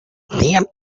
tiem